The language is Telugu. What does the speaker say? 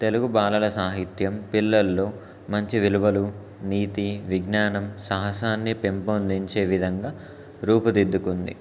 తెలుగు బాలల సాహిత్యం పిల్లల్లో మంచి విలువలు నీతి విజ్ఞానం సాహసాన్ని పెంపొందించే విధంగా రూపుదిద్దుకుంది